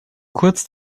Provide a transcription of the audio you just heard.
kurz